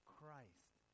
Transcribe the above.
Christ